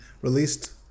released